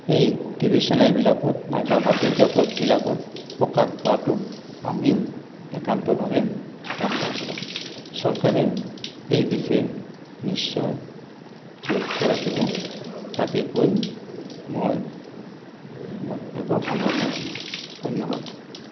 এই টিভি চেনেলবিলাকত নাইবা বাতৰি কাকতবিলাকত প্ৰকাশ পোৱাটো আমি একান্তভাৱে কামনা কৰোঁ চৰকাৰে এই বিষয়ে নিশ্চয় লক্ষ্য ৰাখিব তাকে কৈ মই বক্তব্য সামৰণী মাৰিলোঁ ধন্যবাদ